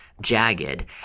jagged